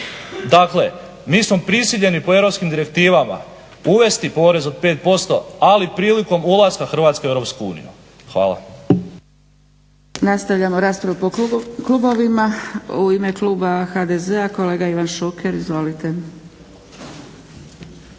Dakle, mi smo prisiljeni po europskim direktivama uvesti porez od 5% ali prilikom ulaska Hrvatske u EU. Hvala.